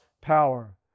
power